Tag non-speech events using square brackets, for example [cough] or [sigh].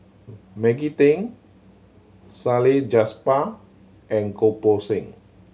Maggie Teng Salleh [unintelligible] and Goh Poh Seng